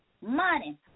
money